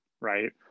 right